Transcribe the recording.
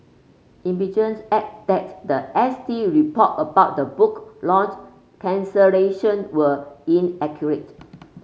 added that the S T report about the book launch cancellation were inaccurate